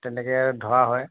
তেনেকে ধৰা হয়